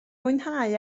mwynhau